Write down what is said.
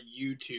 YouTube